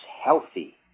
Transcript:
healthy